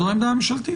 זו העמדה הממשלתית.